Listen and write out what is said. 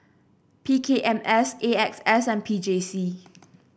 P K M S A X S and P J C